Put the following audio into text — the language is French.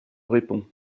répond